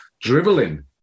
dribbling